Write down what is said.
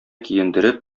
киендереп